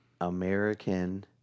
American